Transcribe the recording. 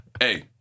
Hey